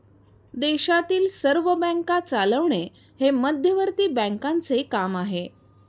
देशातील सर्व बँका चालवणे हे मध्यवर्ती बँकांचे काम आहे